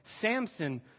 Samson